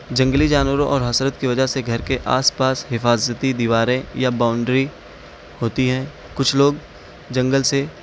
جنگلی جانوروں اور حسرت کی وجہ سے گھر کے آس پاس حفاظتی دیواریں یا باؤنڈری ہوتی ہیں کچھ لوگ جنگل سے